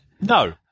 No